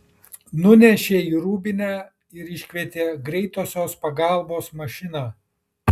nunešė jį į rūbinę ir iškvietė greitosios pagalbos mašiną